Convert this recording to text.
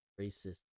racist